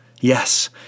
Yes